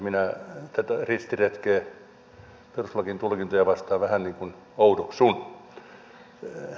minä tätä ristiretkeä perustuslain tulkintoja vastaan vähän oudoksun